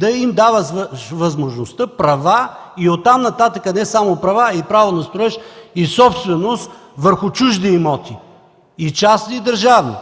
да им даваш възможността, правата и оттам нататък не само права, а и право на строеж и собственост върху чужди имоти – и частни, и държавни.